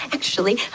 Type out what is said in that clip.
actually,